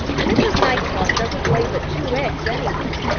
mrs. nighthawk doesn't lay but two eggs, anyway.